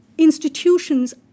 institutions